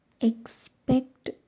expect